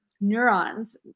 neurons